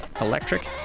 electric